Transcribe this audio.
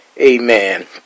amen